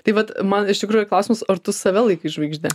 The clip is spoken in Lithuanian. tai vat man iš tikrųjų klausimas ar tu save laikai žvaigžde